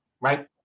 right